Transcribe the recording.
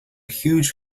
huge